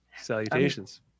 Salutations